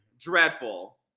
Dreadful